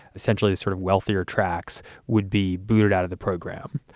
essentially sort of wealthier tracks would be booted out of the program,